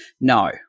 No